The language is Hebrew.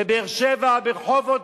בבאר-שבע, ברחובות,